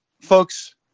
folks